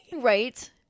Right